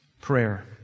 Prayer